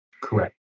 Correct